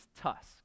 tusk